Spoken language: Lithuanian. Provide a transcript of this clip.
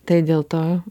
tai dėl to